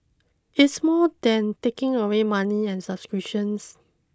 it's more than taking away money and subscriptions